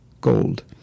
gold